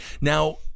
now